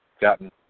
gotten